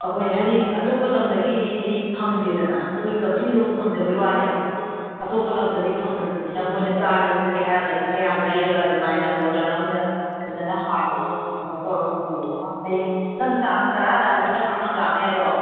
ꯑꯩꯈꯣꯏ ꯍꯥꯏꯗꯤ ꯑꯇꯣꯞꯄ ꯂꯝꯗꯒꯤꯗꯤ ꯐꯪꯗꯦꯗꯅ ꯑꯩꯈꯣꯏ ꯀꯛꯆꯤꯡꯗꯕꯨ ꯐꯪꯖꯕꯩ ꯋꯥꯅꯦꯕ ꯑꯇꯣꯞꯄ ꯂꯝꯗꯗꯤ ꯐꯪꯗ꯭ꯔꯕꯅꯤꯅ ꯃꯣꯏꯅ ꯆꯥꯒꯦ ꯈꯣꯠꯀꯦ ꯍꯥꯏꯔꯒꯗꯤ ꯈꯔ ꯌꯥꯝ ꯂꯩꯔꯒ ꯑꯗꯨꯃꯥꯏꯅ ꯕꯣꯠꯇꯜ ꯑꯃꯗ ꯐꯖꯅ ꯍꯥꯜꯂꯒ ꯀꯩꯅꯣ ꯇꯧꯔꯒ ꯄꯨꯕ ꯑꯃ ꯍꯌꯦꯡ ꯅꯪ ꯇꯥꯡ ꯇꯔꯥꯗ ꯍꯥꯏꯕ ꯅꯠꯇ꯭ꯔꯣ ꯅꯪ ꯂꯥꯛꯅꯦ ꯍꯥꯏꯗꯣ